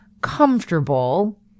comfortable